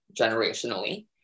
generationally